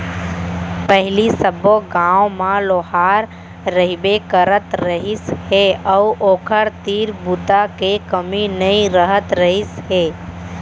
पहिली सब्बो गाँव म लोहार रहिबे करत रहिस हे अउ ओखर तीर बूता के कमी नइ रहत रहिस हे